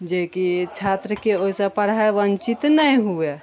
जेकि छात्रके ओहि सऽ पढ़ाइ वञ्चित नहि हुए